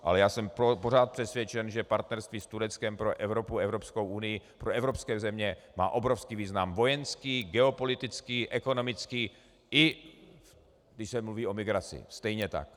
Ale jsem pořád přesvědčen, že partnerství s Tureckem má pro Evropskou unii, evropské země obrovský význam vojenský, geopolitický, ekonomický i když se mluví o migraci, stejně tak.